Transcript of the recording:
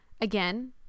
Again